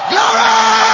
Glory